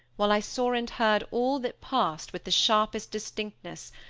while i saw and heard all that passed with the sharpest distinctness,